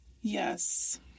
Yes